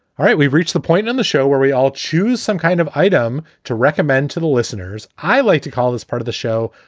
all right, we've reached the point on the show where we all choose some kind of item to recommend to the listeners. i like to call this part of the show.